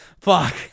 fuck